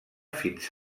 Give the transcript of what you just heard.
fins